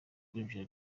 kwinjira